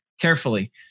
carefully